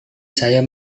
saya